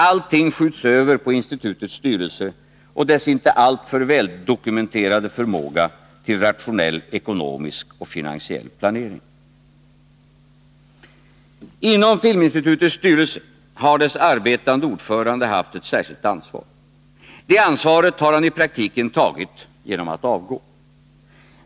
Allting skjuts över på institutets styrelse och dess inte alltför väl dokumenterade förmåga till rationell ekonomisk och finansiell planering. Inom Filminstitutets styrelse har dess arbetande ordförande haft ett särskilt ansvar. Det ansvaret har han i praktiken tagit — genom att avgå.